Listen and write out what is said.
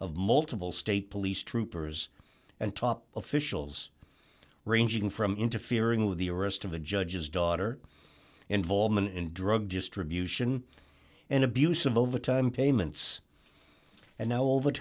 of multiple state police troopers and top officials ranging from interfering with the arrest of a judge's daughter involvement in drug distribution and abuse of overtime payments and now